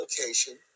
location